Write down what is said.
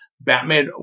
Batman